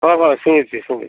ହଁ ହଁ ଶୁଭୁଛି ଶୁଭୁଛି